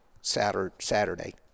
Saturday